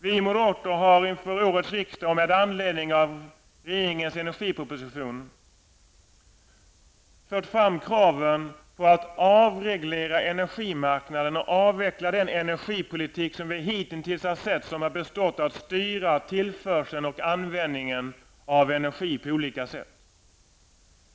Vi moderater har inför årets riksdag med anledning av regeringens energiproposition fört fram kraven på att avreglera energimarknaden och avveckla den energipolitik som hitintills har bestått av att man styr tillförseln och användningen av energi på olika sätt.